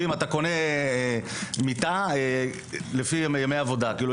שעושים בעניין של ימי עבודה כשקונים משהו?